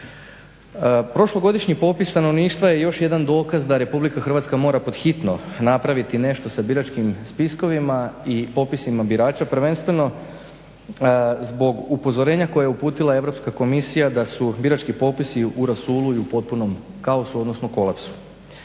Prošlogodišnji popis stanovništva je još jedan dokaz da RH mora pod hitno napraviti nešto sa biračkim spiskovima i popisima birača prvenstveno zbog upozorenja koje je uputila Europska komisija da su birački popisi u rasulu i u potpunom kaosu, odnosno kolapsu.